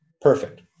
Perfect